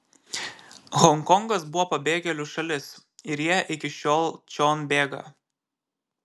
honkongas buvo pabėgėlių šalis ir jie iki šiol čion bėga